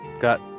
got